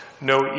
No